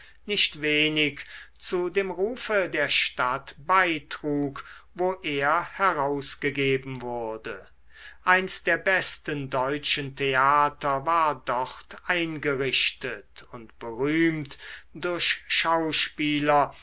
nicht wenig zu dem rufe der stadt beitrug wo er herausgegeben wurde eins der besten deutschen theater war dort eingerichtet und berühmt durch schauspieler